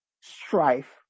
strife